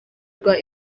rwa